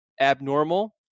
abnormal